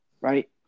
Right